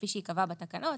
כפי שייקבע בתקנות".